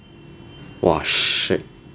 !wah! shit